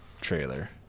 trailer